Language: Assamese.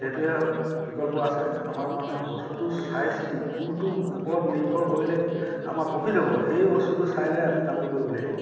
সেইটোৱে বিকল্প আছে আৰু আমাৰ মানে বস্তুটো চাই চিতি কোনটোৰ ওপৰত নিৰ্ভৰ কৰিলে আমাৰ প্ৰফিট হ'ব সেই বস্তুটো চাই লৈ আমি কামটো কৰিব লাগিব